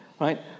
right